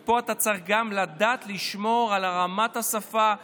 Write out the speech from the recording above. ופה אתה צריך גם לדעת לשמור על רמת השפה,